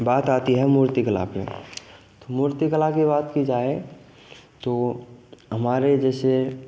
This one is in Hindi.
बात आती है मूर्ति कला की तो मूर्ति कला की बात की जाए तो हमारे जैसे